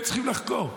הם צריכים לחקור.